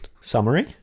summary